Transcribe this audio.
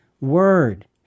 word